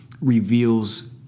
reveals